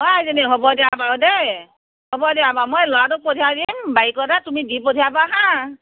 অ' আইজনী হ'ব দিয়া বাৰু দেই হ'ব দিয়া বাৰু মই ল'ৰাটোক পঠিয়াই দিম বাইকতে তুমি দি পঠিয়াবা হাঁ